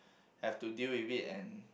have to deal with it and